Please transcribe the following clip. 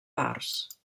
parts